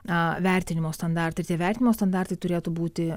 a vertinimo standartai ir tie įvertino standartai turėtų būti